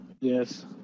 Yes